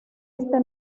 este